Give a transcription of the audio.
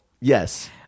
yes